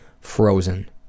frozen